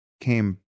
came